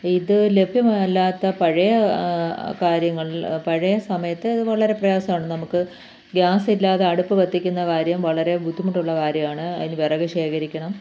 ഇത് ലഭ്യമല്ലാത്ത പഴയ കാര്യങ്ങൾ പഴയ സമയത്ത് അതു വളരെ പ്രയാസമാണ് നമുക്ക് ഗ്യാസില്ലാതെ അടുപ്പ് കത്തിക്കുന്ന കാര്യം വളരെ ബുദ്ധിമുട്ടുള്ള കാര്യമാണ് അതിൽ വിറകു ശേഖരിക്കണം